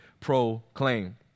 proclaim